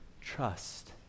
Trust